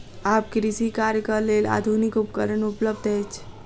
आब कृषि कार्यक लेल आधुनिक उपकरण उपलब्ध अछि